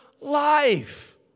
life